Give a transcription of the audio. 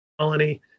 Colony